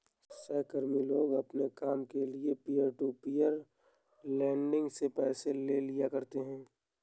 सहकर्मी लोग अपने काम के लिये पीयर टू पीयर लेंडिंग से पैसे ले लिया करते है